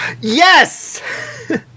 Yes